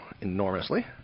enormously